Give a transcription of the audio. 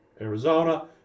Arizona